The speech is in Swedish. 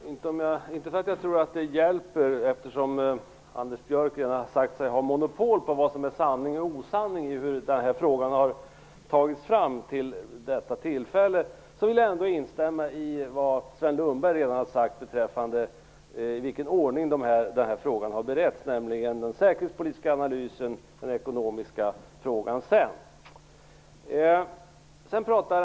Fru talman! Inte för att jag tror att det hjälper - eftersom Anders Björck redan har sagt sig ha monopol på vad som är sanning och osanning när det gäller hur den här frågan har tagits fram till detta tillfälle - vill jag ändå instämma i det som Sven Lundberg nu har sagt beträffande i vilken ordning den här frågan har beretts, nämligen först den säkerhetspolitiska analysen och sedan den ekonomiska frågan.